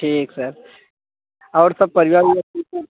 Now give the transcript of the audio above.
ठीक सर और सब परिवार ओरिवार ठीक हैं